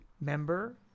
member